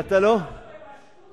עכשיו אני מבין